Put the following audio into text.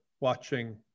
watching